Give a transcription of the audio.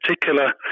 particular